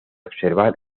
observar